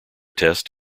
test